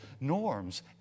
norms